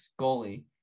goalie